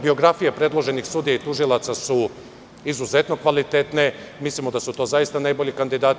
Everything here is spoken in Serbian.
Biografije predloženih sudija i tužilaca su izuzetno kvalitetne i mislimo da su to zaista najbolji kandidati.